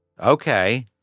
Okay